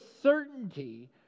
certainty